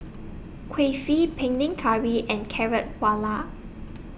Kulfi Panang Curry and Carrot Halwa